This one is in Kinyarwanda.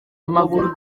amakuru